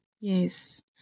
yes